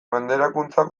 menderakuntza